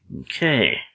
Okay